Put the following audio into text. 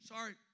Sorry